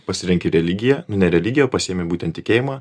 pasirenki religiją nu ne religiją o pasiimi būtent tikėjimą